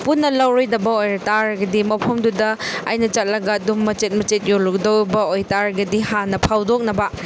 ꯄꯨꯟꯅ ꯂꯧꯔꯣꯏꯗꯕ ꯑꯣꯏ ꯇꯥꯔꯒꯗꯤ ꯃꯐꯝꯗꯨꯗ ꯑꯩꯅ ꯆꯠꯂꯒ ꯑꯗꯨꯝ ꯃꯆꯦꯠ ꯃꯆꯦꯠ ꯌꯣꯜꯂꯨꯒꯗꯧꯕ ꯑꯣꯏ ꯇꯥꯔꯒꯗꯤ ꯍꯥꯟꯅ ꯐꯥꯎꯗꯣꯛꯅꯕ